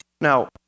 Now